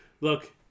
Look